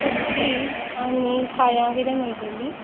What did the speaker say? सोंपली आनी फाल्यां कितें मेळटली